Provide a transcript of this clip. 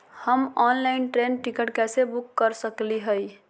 हम online train ticket कैसे book कर सकली हई?